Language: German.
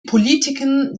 politiken